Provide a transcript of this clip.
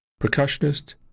percussionist